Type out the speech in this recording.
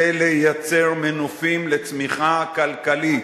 הוא לייצר מנופים לצמיחה כלכלית.